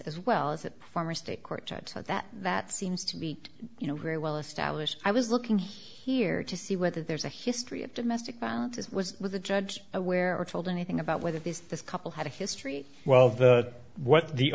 as well as that former state court judge so that that seems to be you know very well established i was looking here to see whether there's a history of domestic violence as was with the judge aware or told anything about whether this this couple had a history well what the